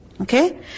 Okay